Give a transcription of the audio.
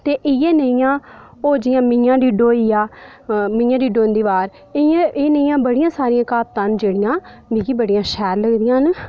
ते इ'यै नेहियां होर जि'यां मियां डीडो होई गेआ मियां डीडो हुंदी बार इं'या एह् नेहियां बड़ियां सारियां क्हावतां न जेह्ड़ियां मिगी बड़ियां शैल लगदियां न